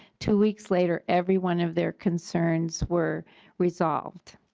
two weeks later every one of their concernswere resolved.